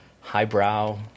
highbrow